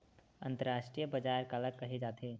अंतरराष्ट्रीय बजार काला कहे जाथे?